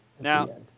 Now